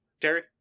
Terry